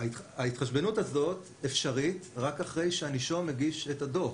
ההתחשבנות הזאת אפשרית רק אחרי שהנישום מגיש את הדוח.